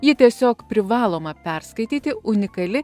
ji tiesiog privaloma perskaityti unikali